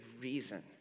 reason